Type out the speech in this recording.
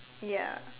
ya